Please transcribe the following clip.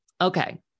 okay